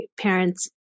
parents